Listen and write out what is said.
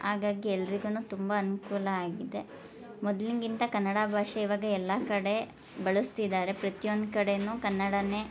ಹಾಗಾಗಿ ಎಲ್ರಿಗೂ ತುಂಬ ಅನುಕೂಲ ಆಗಿದೆ ಮೊದಲಿನ್ಗಿಂತ ಕನ್ನಡ ಭಾಷೆ ಇವಾಗ ಎಲ್ಲ ಕಡೆ ಬಳ್ಸ್ತಿದ್ದಾರೆ ಪ್ರತಿಯೊಂದು ಕಡೆಯೂ ಕನ್ನಡನೇ